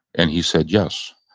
and he said, yes.